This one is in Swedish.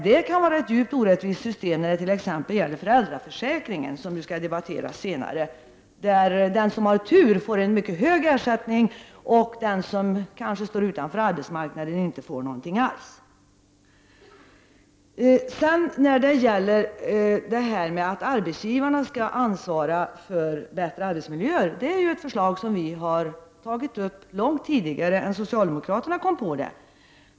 Det kan var ett djupt orättvist system, t.ex. när det gäller föräldraförsäkringen, som ju skall diskuteras senare i dag — den som har tur får en mycket hög ersättning och den som står utanför arbetsmarknaden kanske inte får någonting alls. Att arbetsgivarna skall ansvara för bättre arbetsmiljöer är ett förslag som vi har ställt långt före socialdemokraterna.